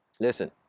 Listen